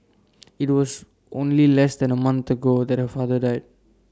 IT was only less than A month ago that her father died